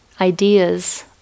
ideas